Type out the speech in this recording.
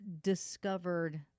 discovered